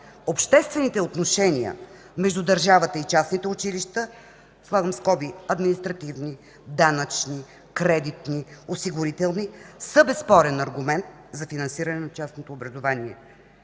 обществените отношения между държавата и частните училища, отварям скоби – административни, данъчни, кредитни, осигурителни, са безспорен аргумент за финансирането на частното образование.